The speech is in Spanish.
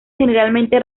generalmente